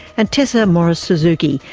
and tessa morris-suzuki,